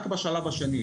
רק בשלב השני,